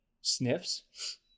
sniffs